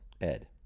Ed